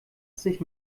sich